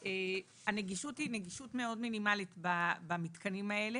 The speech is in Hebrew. הנגישות היא נגישות מאוד מינימלית במתקנים האלה,